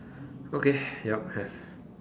okay ya have